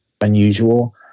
unusual